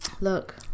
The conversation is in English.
Look